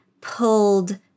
pulled